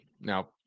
Now